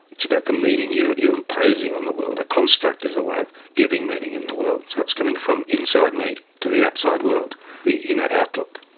it's about the meaning you're imposing on the world, a construct is a way of giving meaning in the world, so it's coming from inside me to the outside world the inner outlook.